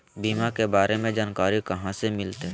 बीमा के बारे में जानकारी कहा से मिलते?